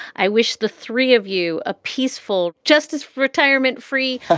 i wish the three of you a peaceful justice retirement free. ah